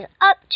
up